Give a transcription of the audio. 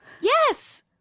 Yes